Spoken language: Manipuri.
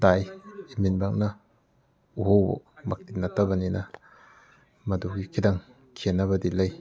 ꯇꯥꯏ ꯏꯃꯤꯠꯃꯛꯅ ꯎꯍꯧꯕꯃꯛꯇꯤ ꯅꯠꯇꯕꯅꯤꯅ ꯃꯗꯨꯒꯤ ꯈꯤꯇꯪ ꯈꯦꯅꯕꯗꯤ ꯂꯩ